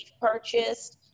purchased